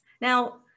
now